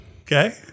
Okay